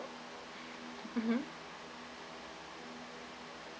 mmhmm